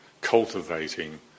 cultivating